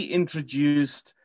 introduced